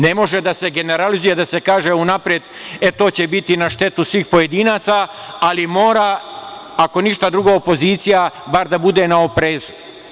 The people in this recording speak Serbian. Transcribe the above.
Ne može da se generalizuje i da se kaže unapred – e, to će biti na štetu svih pojedinaca, ali mora, ako ništa drugo, opozicija bar da bude na oprezu.